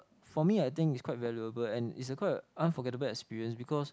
for me I think it's quite valuable and is a quite a unforgettable experience because